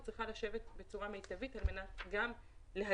היא צריכה לשבת בצורה מיטבית על מנת להגן